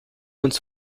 uns